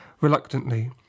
reluctantly